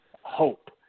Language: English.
hope